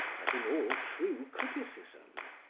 as in all true criticism.